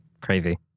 Crazy